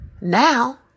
now